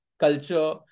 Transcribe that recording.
culture